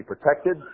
protected